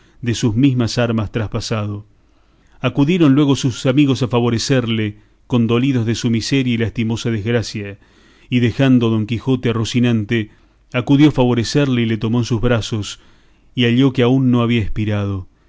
de sus mismas armas traspasado acudieron luego sus amigos a favorecerle condolidos de su miseria y lastimosa desgracia y dejando don quijote a rocinante acudió a favorecerle y le tomó en sus brazos y halló que aún no había espirado